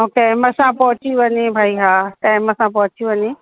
ऐं टाइम सां पहुची वञे भई हा टाइम सां पहुची वञे